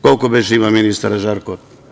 Koliko beše ima ministara, Žarko?